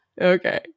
Okay